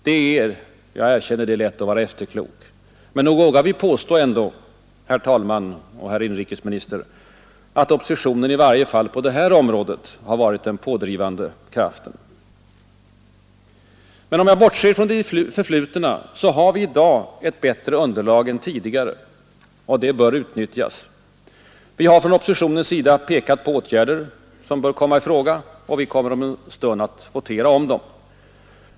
Det är — jag erkänner det — lätt att vara efterklok men nog vågar vi påstå, herr talman och herr inrikesminister, att oppositionen i varje fall på detta område har varit den pådrivande kraften. Men om jag bortser från det förflutna har vi i dag ett bättre underlag än tidigare. Det bör utnyttjas. Vi har från oppositionens sida pekat på åtgärder som bör komma i fråga, och vi kommer om en stund att votera om dem.